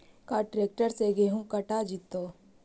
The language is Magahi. का ट्रैक्टर से गेहूं कटा जितै?